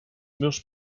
meus